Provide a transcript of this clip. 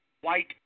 white